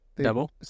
Double